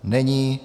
Není.